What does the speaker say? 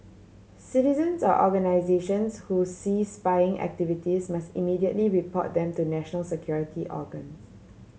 citizens or organisations who see spying activities must immediately report them to national security organs